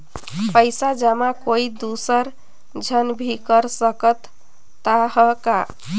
पइसा जमा कोई दुसर झन भी कर सकत त ह का?